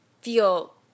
feel